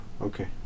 Okay